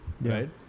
right